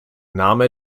name